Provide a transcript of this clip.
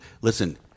listen